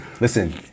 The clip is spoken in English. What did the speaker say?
listen